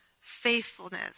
faithfulness